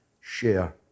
share